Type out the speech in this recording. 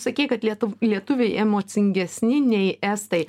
sakei kad lietuv lietuviai emocingesni nei estai